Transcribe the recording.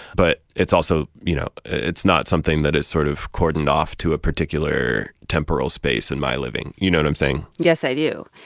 but it's also you know, it's not something that is sort of cordoned off to a particular temporal space in my living. you know what i'm saying? yes, i do.